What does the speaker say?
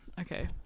Okay